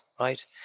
Right